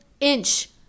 inch